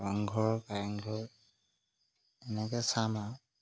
ৰংঘৰ কাৰেংঘৰ এনেকৈ চাম আৰু